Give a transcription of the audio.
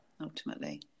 ultimately